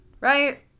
right